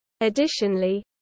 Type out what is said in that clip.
Additionally